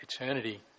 eternity